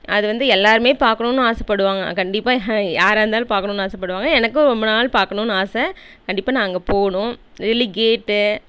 அது வந்து எல்லோருமே பார்க்கணுன்னு ஆசைப்படுவாங்க கண்டிப்பாக யாராக இருந்தாலும் பார்க்கணுன்னு ஆசைப்படுவாங்க எனக்கும் ரொம்ப நாள் பார்க்கணுன்னு ஆசை கண்டிப்பாக நான் அங்கே போகணும் டெல்லி கேட்டு